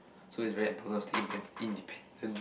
so is very important to stay indepen~ independent